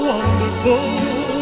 Wonderful